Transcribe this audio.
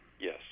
Yes